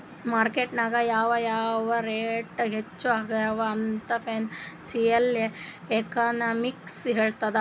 market ನಾಗ್ ಯಾವ್ ಯಾವ್ದು ರೇಟ್ ಹೆಚ್ಚ ಆಗ್ಯವ ಅಂತ್ ಫೈನಾನ್ಸಿಯಲ್ ಎಕನಾಮಿಕ್ಸ್ ಹೆಳ್ತುದ್